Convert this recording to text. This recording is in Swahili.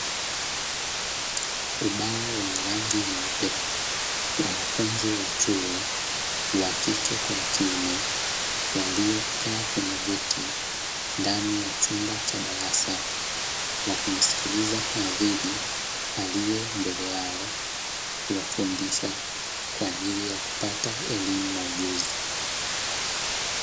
Ubao wenye rangi nyeupe wanafunzi wa chuo wakike kwa wakiume waliokaa kwenye viti ndani ya chumba cha darasa, wakimsikiliza mhadhiri aliye mbele yao akiwafundisha kwa ajili ya kupata elimu na ujuzi.